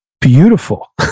beautiful